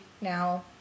now